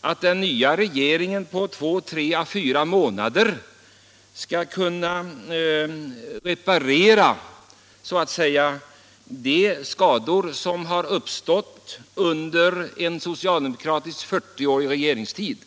att den nya regeringen på tre å fyra månader så att säga skall kunna reparera de skador som har uppstått under en fyrtioårig socialdemokratisk regeringstid.